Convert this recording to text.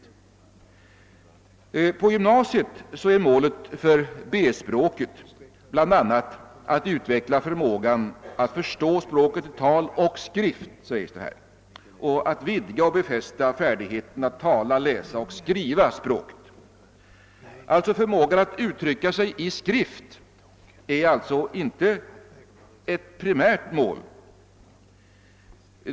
I rapporten sägs att i gymnasiet är målet för B-språket bl.a. »att utveckla förmågan att förstå språket i tal och skrift, att vidga och befästa färdigheten att tala, läsa och skriva språket ———«». Förmågan att uttrycka sig i skrift är alltså inte ett primärt mål.